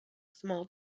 small